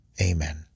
Amen